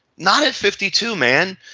not at fifty two, man.